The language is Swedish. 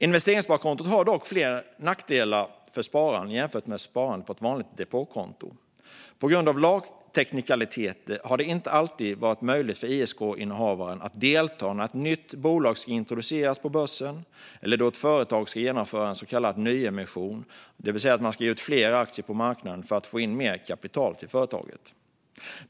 Investeringssparkontot har dock flera nackdelar för spararen jämfört med sparande på ett vanligt depåkonto. På grund av lagteknikaliteter har det inte alltid varit möjligt för ISK-innehavaren att delta när ett nytt bolag ska introduceras på börsen eller när ett företag ska genomföra en så kallad nyemission, det vill säga att man ska ge ut fler aktier på marknaden för att få in mer kapital till företaget.